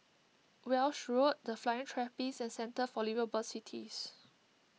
Walshe Road the Flying Trapeze and Centre for Liveable Cities